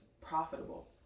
profitable